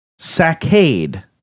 Saccade